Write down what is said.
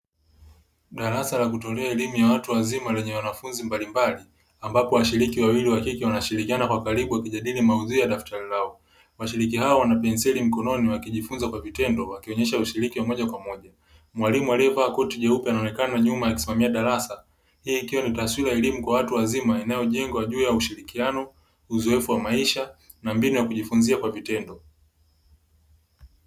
Darasa la kutolea elimu ya watu wazima lenye wanafunzi mbalimbali ambapo washiriki wawili wa kike wanashirikiana kwa ukaribu wakijadili maudhui ya daftari lao. Washiriki hawa wana penseli mkononi wakijifunza kwa vitendo, wakionyesha ushiriki wa moja kwa moja. Mmwalimu aliyevaa koti jeupe anaonekana nyuma akisimamia darasa, hii ikiwa ni taswira ya elimu kwa watu wazima inayojengwa juu ya: ushirikiano, uzoefu wa maisha na mbinu ya kujifunzia kwa vitendo.